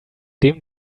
dem